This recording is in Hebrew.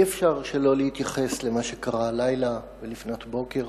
אי-אפשר שלא להתייחס למה שקרה הלילה ולפנות בוקר